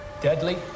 Deadly